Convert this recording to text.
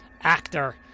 actor